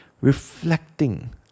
reflecting